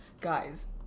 Guys